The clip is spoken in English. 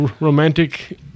romantic